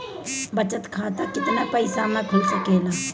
बचत खाता केतना पइसा मे खुल सकेला?